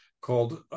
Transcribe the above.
called